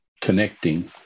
connecting